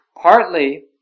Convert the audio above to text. partly